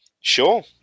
Sure